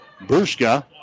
Burska